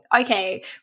okay